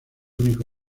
único